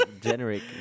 generic